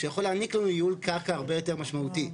שיכול להעניק לנו ייעול קרקע הרבה יותר משמעותי.